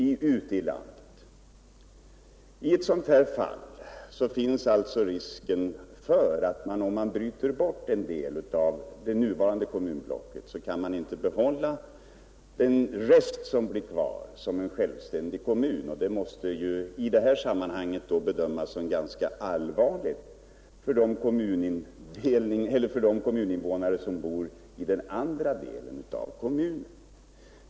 Om man i det här aktuella fallet bryter bort en del av det nuvarande kommunblocket, är det risk för att man inte kan behålla den rest som blir kvar som en självständig kommun. Det måste i detta sammanhang bedömas som ganska allvarligt för de kommuninvånare som bor i den andra delen av kommunen.